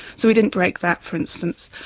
so we didn't break that, for instance.